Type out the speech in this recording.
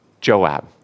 Joab